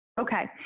Okay